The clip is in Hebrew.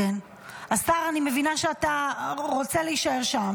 השר, אני מבינה שאתה רוצה להישאר שם.